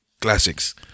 classics